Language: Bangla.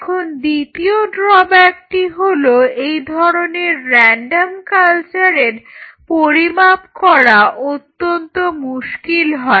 এখন দ্বিতীয় ড্রব্যাকটি হলো এই ধরনের রেনডম কালচারের পরিমাপ করা অত্যন্ত মুশকিল হয়